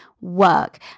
work